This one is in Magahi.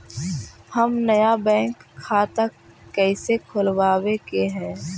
हम नया बैंक खाता कैसे खोलबाबे के है?